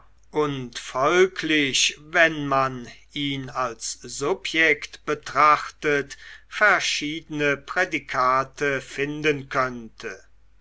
und folglich wenn man ihn als subjekt betrachtet verschiedene prädikate finden könnte